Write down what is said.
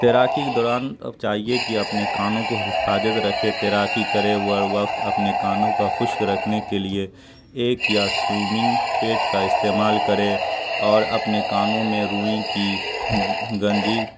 تیراکی کے دوران اور چاہیے کہ اپنے کانوں کو حفاظت رکھے تیراکی کرے وقت اپنے کانوں کا خشک رکھنے کے لیے ایک یا سوئمنگ پیڈ کا استعمال کرے اور اپنے کانوں میں روئی کی گنجی